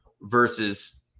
versus